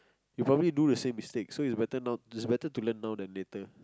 you probably do the same mistake so is better now is better to learn now than later